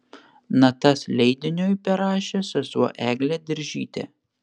natas leidiniui perrašė sesuo eglė diržytė